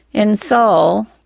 in seoul,